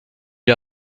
est